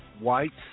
whites